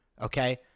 Okay